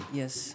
yes